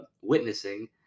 witnessing